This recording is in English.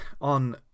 on